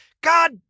God